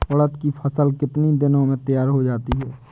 उड़द की फसल कितनी दिनों में तैयार हो जाती है?